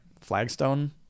flagstone